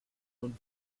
und